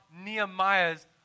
Nehemiah's